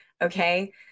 Okay